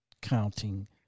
counting